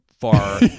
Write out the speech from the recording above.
far